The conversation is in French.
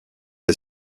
est